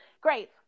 great